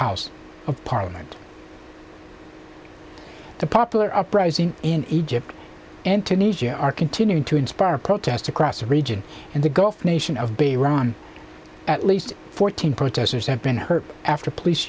house of parliament the popular uprising in egypt and tunisia are continuing to inspire protests across the region and the gulf nation of bay ron at least fourteen protesters have been hurt after police